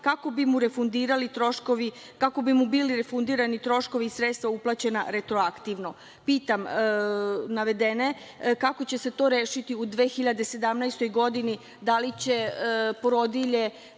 kako bi mu bili refundirani troškovi i sredstva uplaćena retroaktivno. Pitam – kako će se to rešiti u 2017. godini, da li će porodilje,